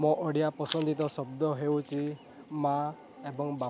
ମୋ ଓଡ଼ିଆ ପସନ୍ଦିତ ଶବ୍ଦ ହେଉଛି ମାଁ ଏବଂ ବାପା